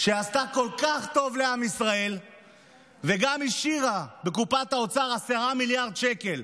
שעשתה כל כך טוב לעם ישראל וגם השאירה בקופת האוצר 10 מיליארד שקל.